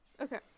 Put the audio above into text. Okay